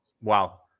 Wow